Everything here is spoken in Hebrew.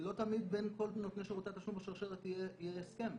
לא תמיד בין כל נותני שירותי התשלום בשרשרת יהיה הסכם.